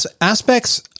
Aspects